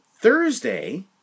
Thursday